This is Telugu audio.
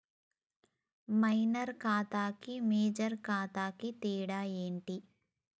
మైనర్ ఖాతా కి మేజర్ ఖాతా కి తేడా ఏంటి?